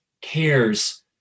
cares